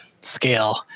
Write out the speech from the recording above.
scale